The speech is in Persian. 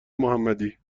محمدی